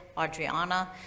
Adriana